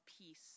peace